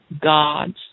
gods